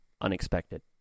unexpected